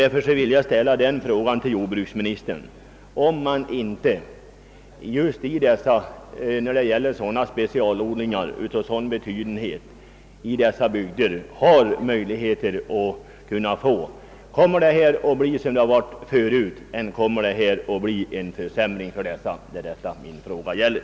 Därför vill jag fråga jordbruksministern, om man inte just när det gäller specialodlingar av sådan betydenhet kan ha möjlighet att få anslag till försöksverksamhet också i dessa bygder. Skall förhållandena vara som förut, eller blir det en försämring? Det är vad min fråga gäller.